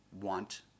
want